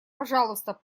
пожалуйста